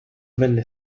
venne